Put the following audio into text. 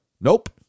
nope